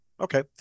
okay